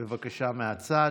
בבקשה, מהצד.